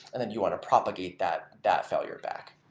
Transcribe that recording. and then you want to propagate that that failure back.